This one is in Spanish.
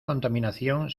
contaminación